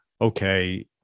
okay